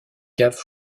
caves